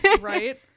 Right